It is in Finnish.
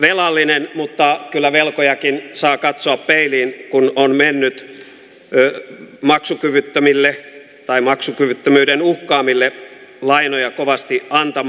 velallinen mutta kyllä velkojakin saa katsoa peiliin kun on mennyt maksukyvyttömille tai maksukyvyttömyyden uhkaamille lainoja kovasti antamaan